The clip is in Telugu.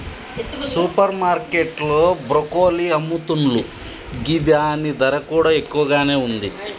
సూపర్ మార్కెట్ లో బ్రొకోలి అమ్ముతున్లు గిదాని ధర కూడా ఎక్కువగానే ఉంది